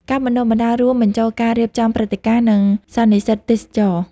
ការបណ្តុះបណ្តាលរួមបញ្ចូលការរៀបចំព្រឹត្តិការណ៍ និងសន្និសិទទេសចរណ៍។